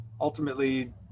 ultimately